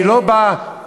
אני לא בא פה,